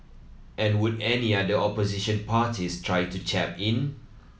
and would any other opposition parties try to chap in